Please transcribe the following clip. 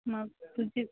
मग कुठे